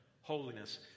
holiness